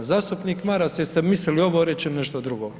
Zastupnik Maras jeste mislili ovo reći ili nešto drugo?